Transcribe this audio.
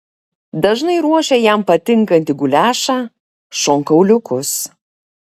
dažnai ruošia jam patinkantį guliašą šonkauliukus